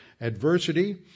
adversity